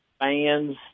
fans